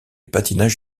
patinage